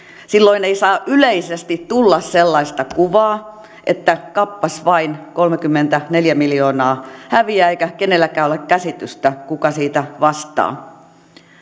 silloin ei saa yleisesti tulla sellaista kuvaa että kappas vain kolmekymmentäneljä miljoonaa häviää eikä kenelläkään ole käsitystä kuka siitä vastaa